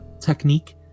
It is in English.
technique